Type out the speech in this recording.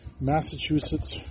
Massachusetts